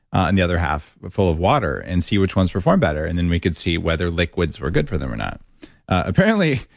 and the other half but full of water and see which one's perform better. and then, we could see whether liquids were good for them or not apparently,